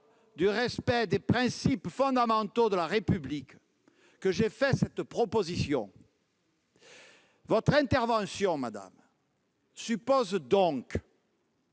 du respect des principes fondamentaux de la République, que j'ai fait cette proposition. Votre intervention suppose donc